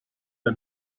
the